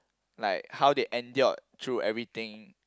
like how they endured through everything